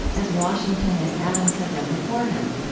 as washington and adams had done before him.